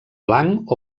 blanc